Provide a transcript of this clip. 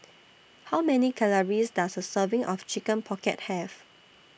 How Many Calories Does A Serving of Chicken Pocket Have